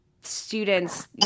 students